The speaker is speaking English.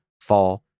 fall